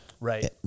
right